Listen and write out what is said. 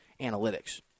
analytics